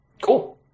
cool